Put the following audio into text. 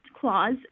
clause